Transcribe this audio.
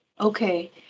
Okay